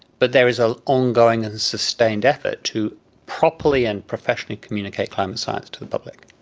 but there is an ongoing and sustained effort to properly and professionally communicate climate science to the public.